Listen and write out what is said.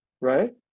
Right